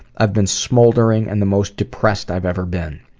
i've been smoldering and the most depressed i've ever been.